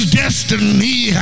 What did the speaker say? destiny